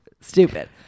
stupid